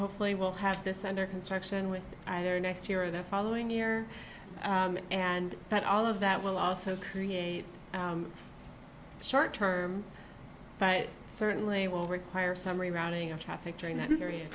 hopefully we'll have this under construction with either next year or the following year and that all of that will also create short term but certainly will require summary rounding up traffic during that period